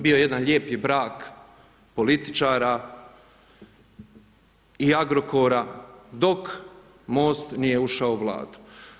Bio je jedan lijepi brak političara i Agrokora dok MOST nije ušao u Vladu.